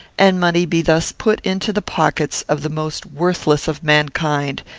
and money be thus put into the pockets of the most worthless of mankind,